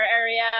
area